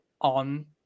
on